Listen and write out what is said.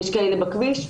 יש כאלה בכביש,